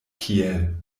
kiel